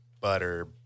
butter